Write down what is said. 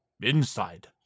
Inside